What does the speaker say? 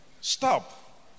stop